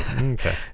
Okay